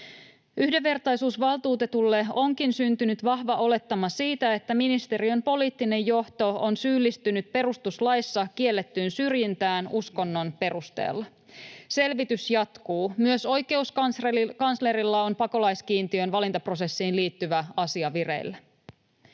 Yhdenvertaisuusvaltuutetulle onkin syntynyt vahva olettama siitä, että ministeriön poliittinen johto on syyllistynyt perustuslaissa kiellettyyn syrjintään uskonnon perusteella. Selvitys jatkuu. Myös oikeuskanslerilla on pakolaiskiintiön valintaprosessiin liittyvä asia vireillä.